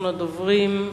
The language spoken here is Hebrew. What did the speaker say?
אחרון הדוברים,